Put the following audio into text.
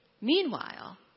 Meanwhile